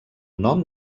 nom